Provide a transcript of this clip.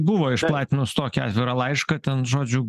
buvo išplatinus tokį atvirą laišką ten žodžiu